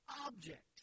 object